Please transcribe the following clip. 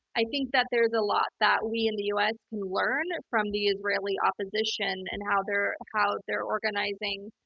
i think that there's a lot that we in the u. s. can learn from the israeli opposition and how they're how they're organizing,